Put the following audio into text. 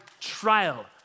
trial